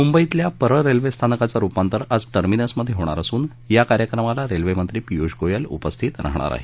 मुंबईतल्या परळ रेल्वेस्थानकाचं रुपांतर आज टर्मिनसमध्ये होणार असून या कार्यक्रमाला रेल्वेमंत्री पियूष गोयल उपस्थित राहणार आहेत